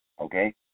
okay